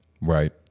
right